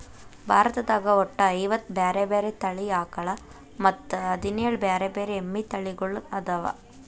ಭಾರತದಾಗ ಒಟ್ಟ ಐವತ್ತ ಬ್ಯಾರೆ ಬ್ಯಾರೆ ತಳಿ ಆಕಳ ಮತ್ತ್ ಹದಿನೇಳ್ ಬ್ಯಾರೆ ಬ್ಯಾರೆ ಎಮ್ಮಿ ತಳಿಗೊಳ್ಅದಾವ